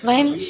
वयम्